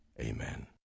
Amen